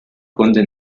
conde